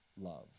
love